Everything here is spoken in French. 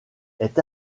est